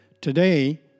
Today